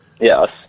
Yes